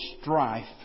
strife